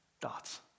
dots